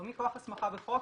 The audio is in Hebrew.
לא מכוח הסמכה בחוק,